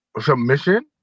Submission